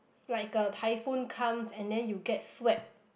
like a typhoon comes and then you get swept